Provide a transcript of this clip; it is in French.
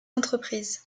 entreprises